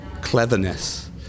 cleverness